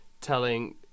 telling